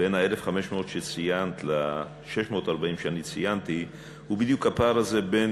בין 1,500 שציינת ל-640 שאני ציינתי הוא בדיוק הפער הזה בין